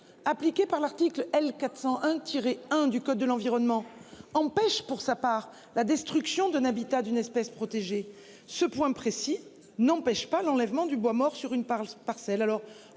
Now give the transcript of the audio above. appliquée par l'article L 401 tirer 1 du code de l'environnement empêche pour sa part la destruction de l'habitat d'une espèce protégée, ce point précis n'empêche pas l'enlèvement du bois mort sur une par alors